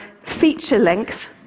feature-length